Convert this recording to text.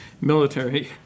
military